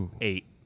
eight